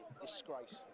disgrace